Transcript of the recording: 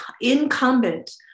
incumbent